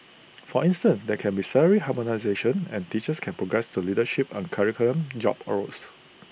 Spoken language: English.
for instance there can be salary harmonisation and teachers can progress to leadership and curriculum job roles